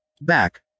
Back